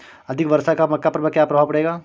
अधिक वर्षा का मक्का पर क्या प्रभाव पड़ेगा?